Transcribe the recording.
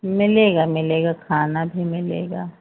मिलेगा मिलेगा खाना भी मिलेगा